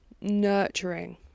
nurturing